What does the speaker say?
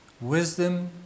wisdom